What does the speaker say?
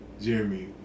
Jeremy